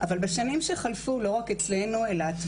ומ-2011 הותר לנו עד אז היה אסור לנו להקפיא